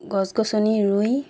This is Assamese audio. গছ গছনি ৰুই